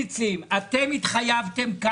לרוב אנחנו מנסים שזה יהיה תוך חודש אחד מקבלת הבקשה